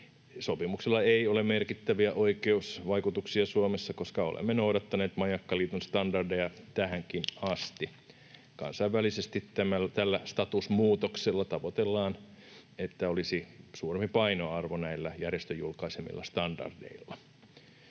Sopimuksella ei ole merkittäviä oikeusvaikutuksia Suomessa, koska olemme noudattaneet Majakkaliiton standardeja tähänkin asti. Kansainvälisesti tällä statusmuutoksella tavoitellaan sitä, että näillä järjestön julkaisemilla standardeilla